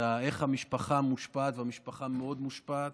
איך המשפחה מושפעת, והמשפחה מאוד מושפעת,